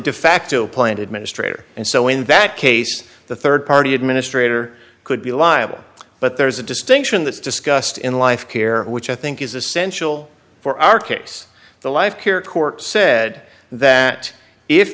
defacto plant administrator and so in that case the rd party administrator could be liable but there's a distinction that's discussed in life here which i think is essential for our case the life care court said that